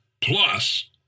plus